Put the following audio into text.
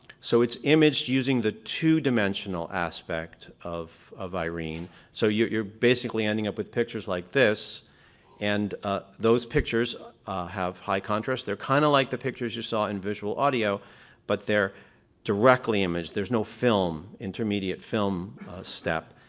so it's imaged using the two-dimensional aspect of of irene. so you're you're basically ending up with pictures like this and ah those pictures have high contrast. they're kind of like the pictures you saw in visualaudio, but they're directly imaged. there's no film, intermediate film step.